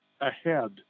ahead